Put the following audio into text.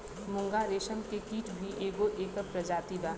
मूंगा रेशम के कीट भी एगो एकर प्रजाति बा